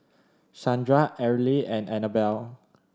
Shandra Arly and Anabel